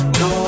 no